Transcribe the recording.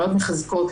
ראיות מחזקות,